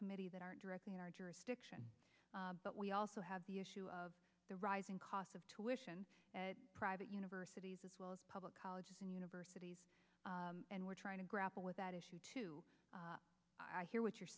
committee that are directly in our jurisdiction but we also have the issue of the rising cost of tuition at private universities as well as public colleges and universities and we're trying to grapple with that issue to hear what you're